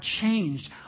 changed